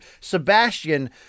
Sebastian